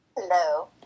Hello